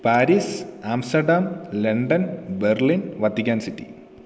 Paris Amsterdam London Berlin Vatican city